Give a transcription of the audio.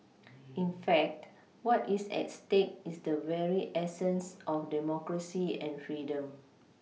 in fact what is at stake is the very essence of democracy and freedom